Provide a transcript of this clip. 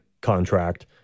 contract